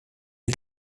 les